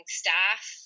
staff